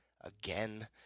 again